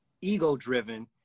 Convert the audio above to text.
ego-driven